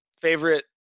Favorite